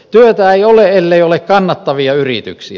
työtä ei ole ellei ole kannattavia yrityksiä